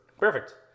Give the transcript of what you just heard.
Perfect